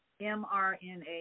mRNA